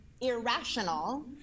irrational